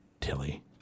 Tilly